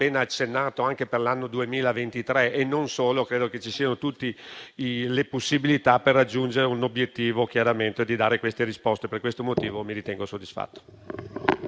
Grazie